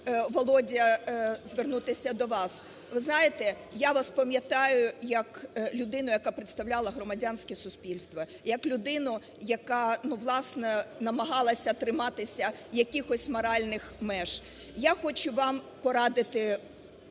Володя, звернутися до вас. Ви знаєте, я вас пам'ятаю як людину, яка представляла громадянське суспільство, як людину, яка, ну, власне, намагалася триматися якихось моральних меж. Я хочу вам порадити